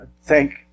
Thank